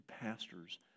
pastors